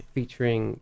Featuring